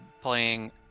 playing